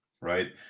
right